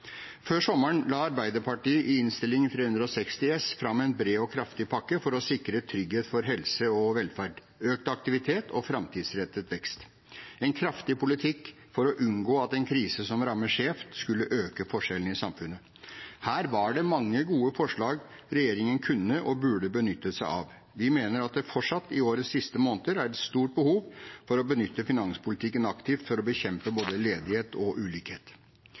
Før sommeren la Arbeiderpartiet i Innst. 360 S fram en bred og kraftig pakke for å sikre trygghet for helse og velferd, økt aktivitet og framtidsrettet vekst – en kraftig politikk for å unngå at en krise som rammer skjevt, skulle øke forskjellene i samfunnet. Her var det mange gode forslag regjeringen kunne og burde benyttet seg av. Vi mener at det fortsatt, i årets siste måneder, er et stort behov for å benytte finanspolitikken aktivt for å bekjempe både ledighet og ulikhet.